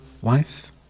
wife